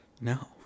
no